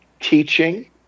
teaching